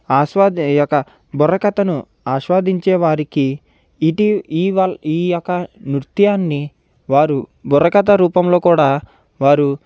ఆశ్వాద ఈ యొక్క బుర్రకథను ఆశ్వాదించేవారికి ఇటి ఈ వల్ల ఈ యొక్క నృత్యాన్ని వారు బుర్రకథ రూపంలో కూడా వారు